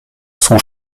son